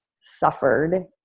suffered